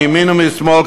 מימין ומשמאל,